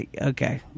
Okay